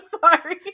sorry